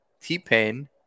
T-Pain